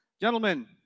gentlemen